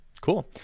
Cool